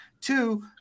Two